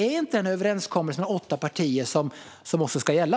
Är det inte den här överenskommelsen mellan åtta partier som också ska gälla?